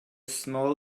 small